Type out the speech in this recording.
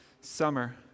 summer